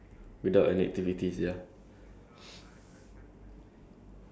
holiday doesn't doesn't seem like a holiday anymore it seems like a normal life